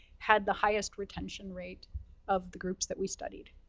had the highest retention rate of the groups that we studied.